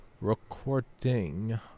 recording